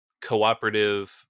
Cooperative